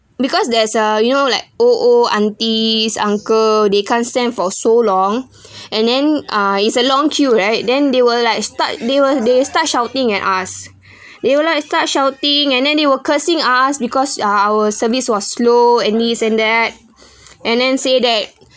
because there's uh you know like old old aunties uncles they can't stand for so long and then uh is a long queue right then they will like start they will they start shouting at us they will like start shouting and then they will cursing us because uh uh our service was slow and this and that and then say that